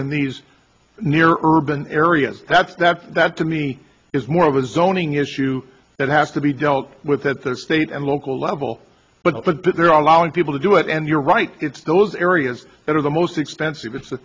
in these near urban areas that's that that to me is more of a zoning issue that has to be dealt with at the state and local level but there are allowing people to do it and you're right it's those areas that are the most expensive it's